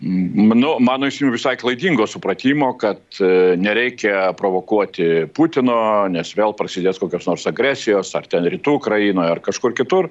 manau mano įsitikinimu visai klaidingo supratimo kad nereikia provokuoti putino nes vėl prasidės kokios nors agresijos ar ten rytų ukrainoj ar kažkur kitur